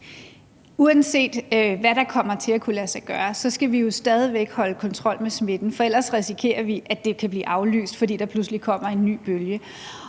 Uanset hvad der kommer til at kunne lade sig gøre, skal vi jo stadig væk have kontrol med smitten, for ellers risikerer vi, at det kan blive aflyst, fordi der pludselig kommer en ny bølge.